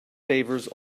favours